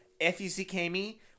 F-U-C-K-Me